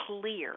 clear